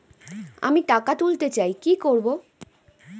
আমি টাকা তুলতে চাই কি করব?